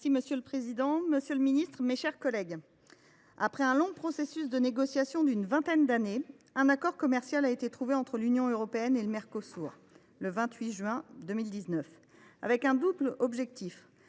Havet. Monsieur le président, monsieur le ministre, mes chers collègues, après un long processus de négociation, qui s’est étendu sur une vingtaine d’années, un accord commercial a été trouvé entre l’Union européenne et le Mercosur, le 28 juin 2019. Ce texte a un double objectif